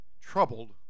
troubled